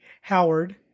Howard